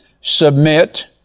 submit